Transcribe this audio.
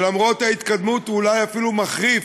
ולמרות ההתקדמות הוא אולי אפילו מחריף,